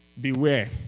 Beware